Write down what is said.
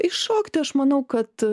iššokti aš manau kad